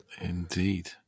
Indeed